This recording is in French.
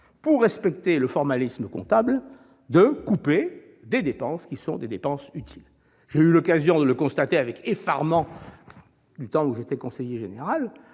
pour respecter le formalisme comptable, de réduire des dépenses de fonctionnement utiles. J'ai eu l'occasion de le constater avec effarement au temps où j'étais conseiller général